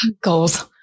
Goals